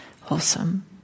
wholesome